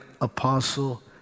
apostle